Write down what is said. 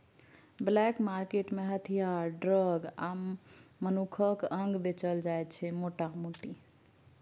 black market मे हथियार, drug आ मनुखक अंग बेचल जाइ छै मोटा मोटी